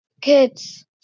kids